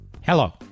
Hello